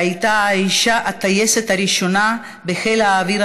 שהייתה האישה הטייסת הראשונה בחיל האוויר